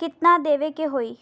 कितनादेवे के होई?